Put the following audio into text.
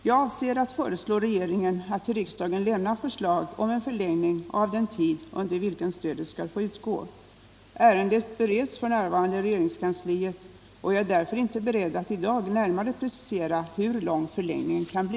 Jag avser att föreslå regeringen att till riksdagen lämna förslag om en förlängning av den tid under vilken stödet skall få utgå. Ärendet bereds f. n. i regeringskansliet, och jag är därför inte beredd att i dag närmare precisera hur lång förlängningen kan bli.